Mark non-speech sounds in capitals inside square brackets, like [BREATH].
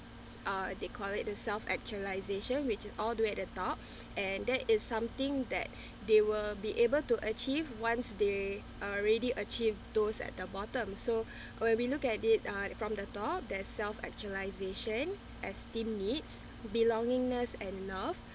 uh they call it the self actualisation which is all do at the top [BREATH] and that is something that [BREATH] they will be able to achieve once they are ready achieve those at the bottom so [BREATH] when we look at it uh from the top there's self actualisation esteem needs belongingness and love